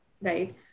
right